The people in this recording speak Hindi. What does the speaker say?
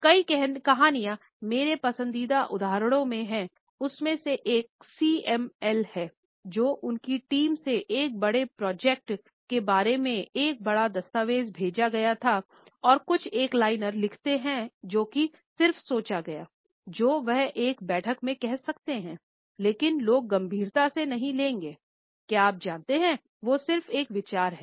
कई कहानियाँ मेरे पसंदीदा उदाहरणों में हैं उनमें से एक CML हैं जो उनकी टीम से एक बड़े प्रोजेक्ट के बारे में एक बड़ा दस्तावेज़ भेजा गया था और कुछ एक लाइनर लिखते हैं जोकि सिर्फ सोचा गया जो वह एक बैठक में कह सकते हैं लेकिन लोग गंभीरता से नहीं लेंगे क्या आप जानते हैं वो सिर्फ एक विचार हैं